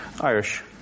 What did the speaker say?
irish